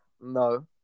no